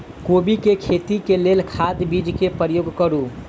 कोबी केँ खेती केँ लेल केँ खाद, बीज केँ प्रयोग करू?